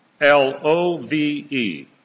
L-O-V-E